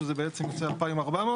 שזה בעצם יוצא 2,400,